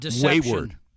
wayward